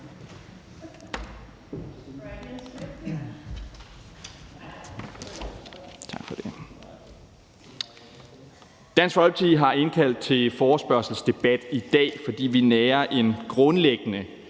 Dansk Folkeparti har indkaldt til forespørgselsdebatten i dag, fordi vi nærer en grundlæggende